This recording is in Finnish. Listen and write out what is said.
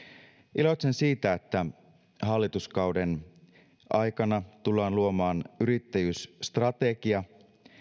iloitsen siitä että hallituskauden aikana tullaan luomaan yrittäjyysstrategia